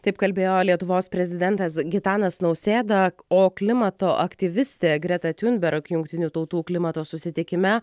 taip kalbėjo lietuvos prezidentas gitanas nausėda o klimato aktyvistė greta tiunberg jungtinių tautų klimato susitikime